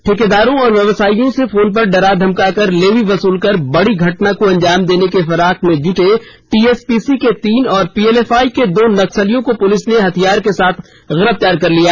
ठेकेदारों और व्यवसाईयों से फोन पर डरा धमकाकर लेवी वसूल कर बड़ी घटना को अंजाम देने के फिराक में जुटे टीएसपीसी के तीन और पीएलएफआई के दो नक्सलियों को पुलिस ने हथियार के साथ गिरफ्तार कर लिया